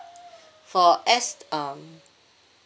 for S um